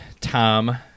Tom